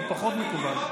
זה עוד פחות מקובל.